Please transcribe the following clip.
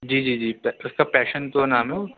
جی جی جی اس کا پیشن پرو نام ہے